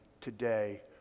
today